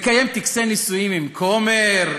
לקיים טקסי נישואים עם כומר,